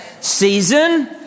Season